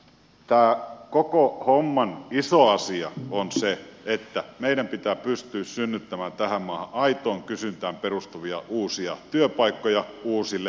tämä koko homman iso asia on se että meidän pitää pystyä synnyttämään tähän maahan aitoon kysyntään perustuvia uusia työpaikkoja uusille toimialoille